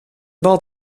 bal